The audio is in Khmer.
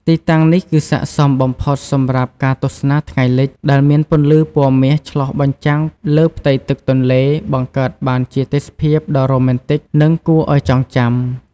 ទីតាំងនេះគឺស័ក្តិសមបំផុតសម្រាប់ការទស្សនាថ្ងៃលិច ដែលមានពន្លឺពណ៌មាសឆ្លុះបញ្ចាំងលើផ្ទៃទឹកទន្លេ បង្កើតបានជាទេសភាពដ៏រ៉ូមែនទិក និងគួរឱ្យចងចាំ។